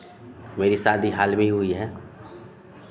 मेरी शादी हाल में ही हुई है